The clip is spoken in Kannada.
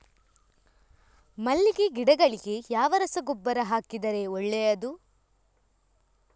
ಮಲ್ಲಿಗೆ ಗಿಡಗಳಿಗೆ ಯಾವ ರಸಗೊಬ್ಬರ ಹಾಕಿದರೆ ಒಳ್ಳೆಯದು?